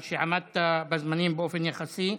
על שעמדת בזמנים באופן יחסי.